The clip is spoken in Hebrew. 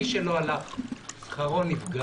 מי שלא הלך לזה, שכרו נפגע.